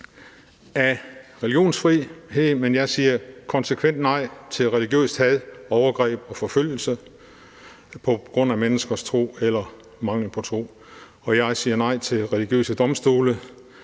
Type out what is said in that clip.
af religionsfrihed, men jeg siger konsekvent nej til religiøst had, overgreb og forfølgelse på grund af menneskers tro eller mangel på tro, og jeg siger nej til religiøse domstole.